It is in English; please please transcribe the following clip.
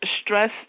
Stress